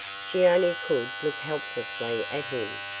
she only could look helplessly at him.